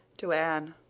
to anne,